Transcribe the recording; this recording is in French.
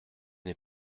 n’ai